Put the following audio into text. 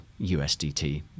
USDT